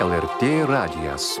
lrt radijas